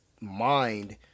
mind